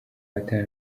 bahatana